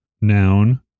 Noun